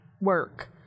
work